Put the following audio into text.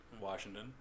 Washington